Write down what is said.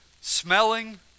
smelling